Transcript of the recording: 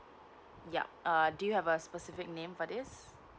yup uh do you have a specific name for this